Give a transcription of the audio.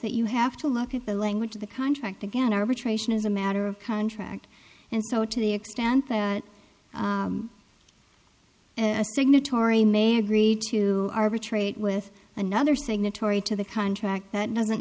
that you have to look at the language of the contract again arbitration is a matter of contract and so to the extent that as a signatory may agree to arbitrate with another signatory to the contract that doesn't